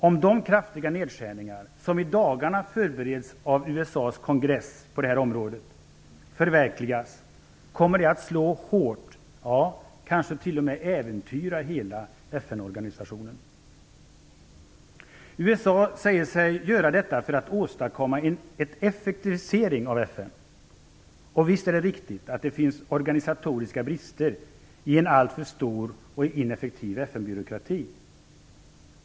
Om de kraftiga nedskärningar som i dagarna förbereds av USA:s kongress på det här området förverkligas, kommer det att slå hårt - ja, kanske t.o.m. äventyra hela FN-organisationen. USA säger sig göra detta för att åstadkomma en effektivisering av FN. Och visst är det riktigt att det finns organisatoriska brister i en alltför stor och ineffektiv FN-byråkrati.